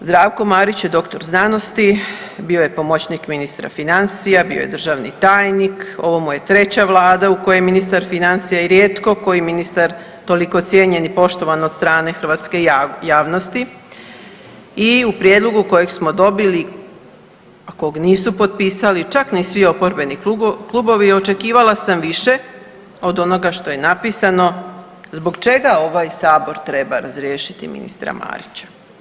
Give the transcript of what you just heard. Zdravko Marić je doktor znanosti, bio je pomoćnik ministra financija, bio je državni tajnik ovo mu je treća vlada u kojoj je ministar financija i rijetko koji ministar toliko cijenjen i poštovan od strane hrvatske javnosti i u prijedlogu kojeg smo dobili, a kog nisu potpisali čak ni svi oporbeni klubovi očekivala sam više od onoga što je napisano zbog čega ovaj sabor treba razriješiti ministra Marića.